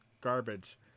garbage